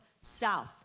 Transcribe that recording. south